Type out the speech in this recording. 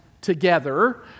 together